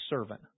servant